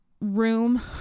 room